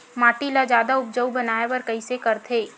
माटी ला जादा उपजाऊ बनाय बर कइसे करथे?